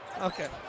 Okay